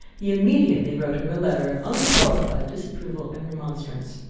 he immediately wrote her a letter of unqualified disapproval and remonstrance.